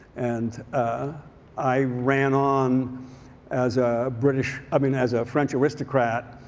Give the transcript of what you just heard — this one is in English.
and ah i ran on as a british i mean as a french aristocrat.